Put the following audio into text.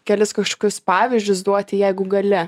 kelis kažkokius pavyzdžius duoti jeigu gali